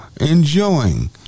enjoying